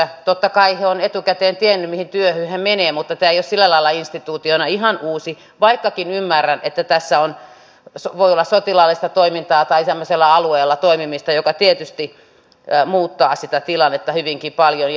totta kai he ovat etukäteen tienneet mihin työhön he menevät mutta tämä ei ole sillä lailla instituutiona ihan uusi vaikkakin ymmärrän että tässä voi olla sotilaallista toimintaa tai semmoisella alueella toimimista mikä tietysti muuttaa sitä tilannetta hyvinkin paljon